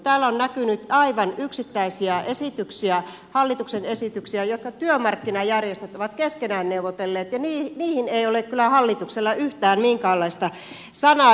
täällä on näkynyt aivan yksittäisiä esityksiä hallituksen esityksiä jotka työmarkkinajärjestöt ovat keskenään neuvotelleet ja niihin ei ole kyllä hallituksella yhtään minkäänlaista sanaa